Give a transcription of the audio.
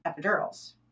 epidurals